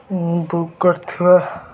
ମୁଁ ବୁକ୍ କରିଥିବା